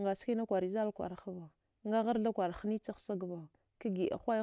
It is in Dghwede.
ngaskina kwari zal kwara hava ngaghartha kwar hnichagh sagva kagiəa